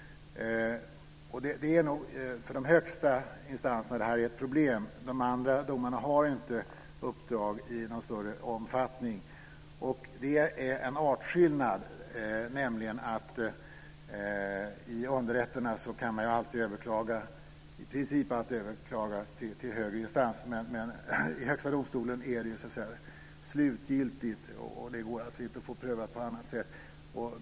Det är för de högsta instanserna som detta är ett problem. De andra domarna har inte uppdrag i någon större omfattning. Det finns här en artskillnad. I underrätterna finns ju i princip alltid möjligheten att överklaga till högre instans, men i Högsta domstolen är avgörandet slutgiltigt. Det går alltså inte att få prövat på annat sätt.